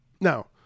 Now